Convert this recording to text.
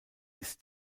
ist